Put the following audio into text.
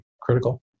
critical